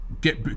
get